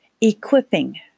equipping